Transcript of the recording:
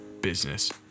business